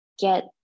get